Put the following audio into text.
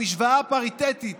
המשוואה הפריטטית